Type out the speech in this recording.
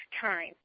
time